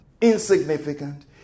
insignificant